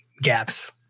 gaps